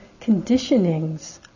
conditionings